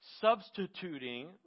substituting